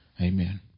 Amen